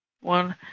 one